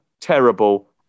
terrible